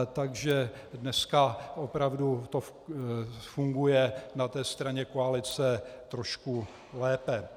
Takže dneska opravdu to funguje na straně koalice trošku lépe.